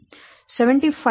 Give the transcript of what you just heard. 8 1000000